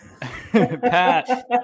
Pat